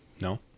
No